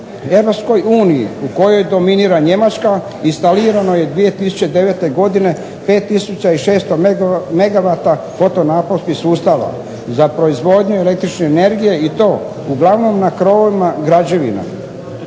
uniji u kojoj dominira Njemačka instalirano je 2009. godine 5600 megawata …/Ne razumije se./… sustava za proizvodnju električne energije i to uglavnom na krovovima građevina.